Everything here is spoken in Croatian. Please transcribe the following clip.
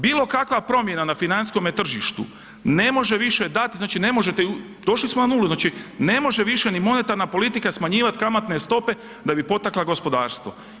Bilo kakva promjena na financijskome tržištu ne može više dati, znači ne možete, došli smo na nulu, znači ne može više ni monetarna politika smanjivat kamatne stope da bi potakla gospodarstvo.